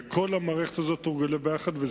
וכל המערכת הזאת תורגלה ביחד.